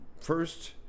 first